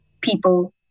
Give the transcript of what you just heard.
people